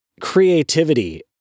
creativity